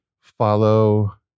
follow